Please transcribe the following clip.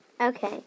Okay